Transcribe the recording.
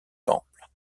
temple